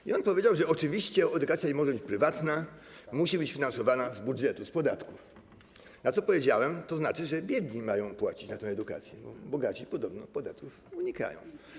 I on powiedział, że oczywiście edukacja nie może być prywatna, musi być finansowana z budżetu, z podatków, na co odpowiedziałem, że to znaczy, że biedni mają płacić na tę edukację, bo bogaci podobno podatków unikają.